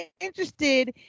interested